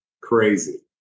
crazy